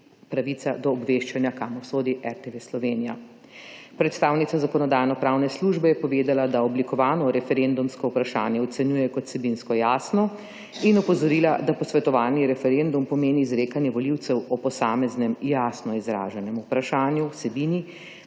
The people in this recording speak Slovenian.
pravica do obveščanja, kamor sodi RTV Slovenija. Predstavnica Zakonodajno-pravne službe je povedala, da oblikovano referendumsko vprašanje ocenjuje kot vsebinsko jasno, in opozorila, da posvetovalni referendum pomeni izrekanje volivcev o posameznem jasno izraženem vprašanju, vsebini,